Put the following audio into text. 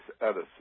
Edison